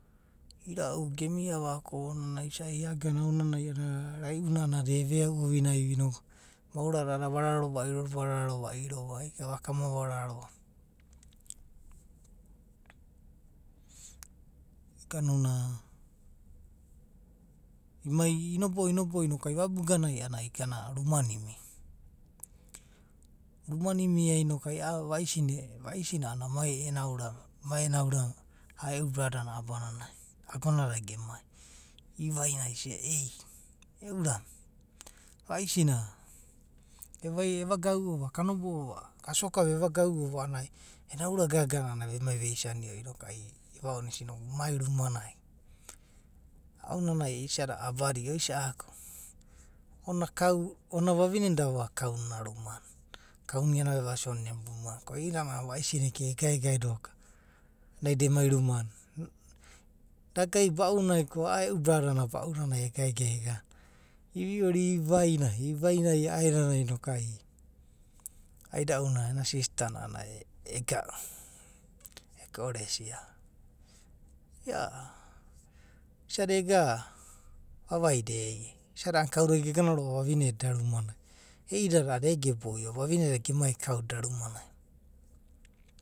Inau gemaiava ki isai iagana aonanai a’anna raiuna da eveau ouinai va. maora da a’adada ava raro vairo varvaro vairo va, ai gava ka ama vararoa. Ganuna, imai inobo’o inobo’o inoku ai vabuganai a’anana ai igana ruma nai imia ruma nai imia noku a’a vaisa na, a’anana. vaisi na a’anana mai ena urame, mai ena ura e’u brada na abanani. noku agona da gemai. iuainai isia. ay e’u urame. vaisina. evagauo va. kanebo’o va. ka sokava evagauo va a’anana ai ena ura gaga na vemai. veisanic. Noku eva ona esia, noku mai rumana. aonanai. is a da abadi. oisa’aku. onina kau, onina vavine na da vogana kau, na ina ruma nai. kau na iana na da vogana kam na inaruma nai. kau na iana vevasi onina vavine na emu ruma nai. ko i’iana a’anana vaisi na emai egaegae doka emai rumanai. Da gai baunai ko a’a e’u bradana baunanai egana egana egae egae. Ivioria ivai nai, ivai nai a’aenana noku, aida’u na ena sista na egau. eko’rore esia, ia isada ega vavaida ege, isada kaude gegana roa’va vavine da eda rumanai, i’idada a’anana ege boio. i’iadada gemai va kauda eda rumanai.